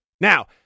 Now